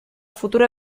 futura